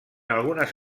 algunes